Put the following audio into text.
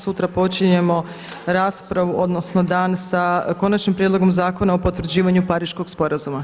Sutra počinjemo raspravu odnosno dan sa Konačnim prijedlogom Zakona o potvrđivanju Pariškog sporazuma.